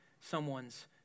someone's